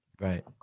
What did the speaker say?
Right